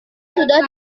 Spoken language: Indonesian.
sudah